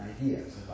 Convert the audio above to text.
ideas